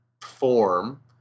form